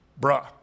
Bruh